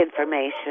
information